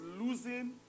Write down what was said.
losing